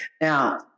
Now